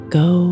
go